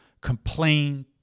complain